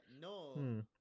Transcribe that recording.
no